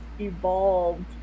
evolved